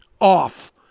off